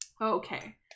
okay